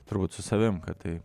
turbūt su savim kad tai